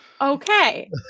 Okay